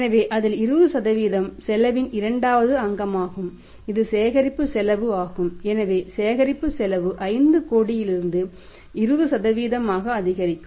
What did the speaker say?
எனவே அதில் 20 செலவின் இரண்டாவது அங்கமாகும் இது சேகரிப்பு செலவு ஆகும் எனவே சேகரிப்பு செலவு 5 கோடியிலிருந்து 20 ஆக அதிகரிக்கும்